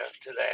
today